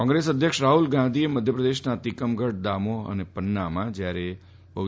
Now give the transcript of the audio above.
કોંગ્રેસ અધ્યક્ષ રાહુલ ગાંધીએ મધ્યપ્રદેશના તિકમગઢ દામોહ તથા પન્નામાં જયારે બી